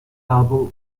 album